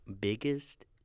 biggest